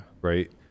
Right